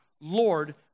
Lord